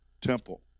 temple